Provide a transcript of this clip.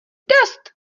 dost